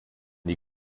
die